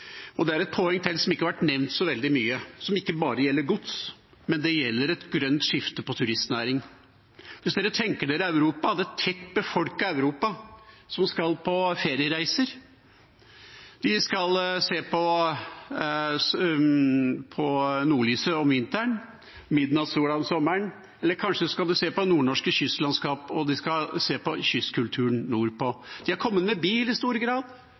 Det er et poeng til, som ikke har vært nevnt så veldig mye, som ikke bare gjelder gods, men som gjelder et grønt skifte for turistnæringen. Hvis man tenker på et tett befolket Europa som skal på feriereiser – de skal se på nordlyset om vinteren, midnattssola om sommeren, eller kanskje skal de se på det nordnorske kystlandskapet og kystkulturen nordpå. De har i stor grad kommet med bil